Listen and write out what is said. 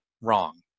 wrong